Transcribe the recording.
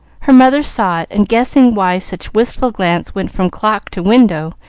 her mother saw it, and, guessing why such wistful glances went from clock to window,